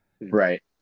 Right